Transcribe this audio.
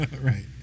Right